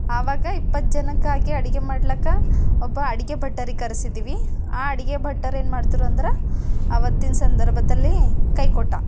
ಆವಾಗ ಇಪ್ಪತ್ತು ಜನಕ್ಕಾಗಿ ಅಡುಗೆ ಮಾಡ್ಲಿಕ್ಕೆ ಒಬ್ಬ ಅಡುಗೆ ಭಟ್ಟರಿಗೆ ಕರೆಸಿದ್ವಿ ಆ ಅಡುಗೆ ಭಟ್ಟರೇನು ಮಾಡಿದ್ರು ಅಂದ್ರೆ ಆವತ್ತಿನ ಸಂದರ್ಭದಲ್ಲಿ ಕೈಕೊಟ್ಟ